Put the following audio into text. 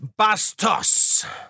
Bastos